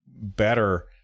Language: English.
better